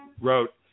wrote